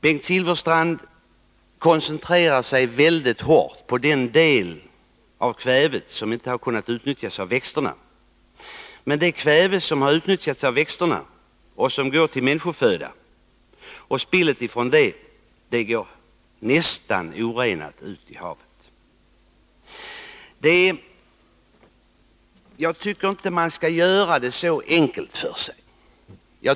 Bengt Silfverstrand koncentrerar sig mycket hårt på den del av kvävet som inte har kunnat utnyttjas av växterna. Men det kväve som har utnyttjats av växterna och som går till människoföda och spillet från det går nästan orenat ut i havet. Jag tycker inte att man skall göra det så enkelt för sig.